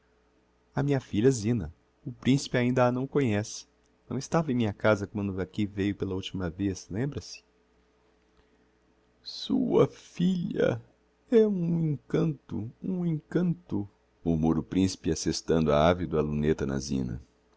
a minha filha zina o principe ainda a não conhece não estava em minha casa quando aqui veiu pela ultima vez lembra-se sua filha é um encanto um encanto murmura o principe assestando ávido a luneta na zina